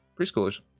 preschoolers